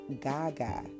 Gaga